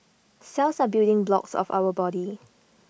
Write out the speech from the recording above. cells are building blocks of our body